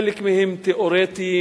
חלק מהם תיאורטיים,